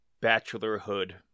bachelorhood